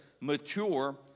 mature